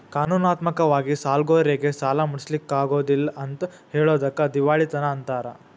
ಕಾನೂನಾತ್ಮಕ ವಾಗಿ ಸಾಲ್ಗಾರ್ರೇಗೆ ಸಾಲಾ ಮುಟ್ಟ್ಸ್ಲಿಕ್ಕಗೊದಿಲ್ಲಾ ಅಂತ್ ಹೆಳೊದಕ್ಕ ದಿವಾಳಿತನ ಅಂತಾರ